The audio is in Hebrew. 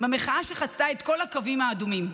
במחאה שחצתה את כל הקווים האדומים,